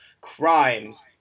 crimes